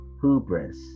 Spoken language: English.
hubris